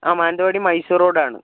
ആ മാനന്തവാടി മൈസൂർ റോഡ് ആണ്